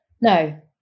No